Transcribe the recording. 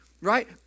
right